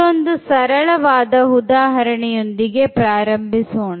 ಇದೊಂದು ಸರಳವಾದ ಉದಾಹರಣೆಯೊಂದಿಗೆ ಪ್ರಾರಂಭಿಸೋಣ